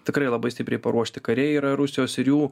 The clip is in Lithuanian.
tikrai labai stipriai paruošti kariai yra rusijos ir jų